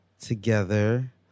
together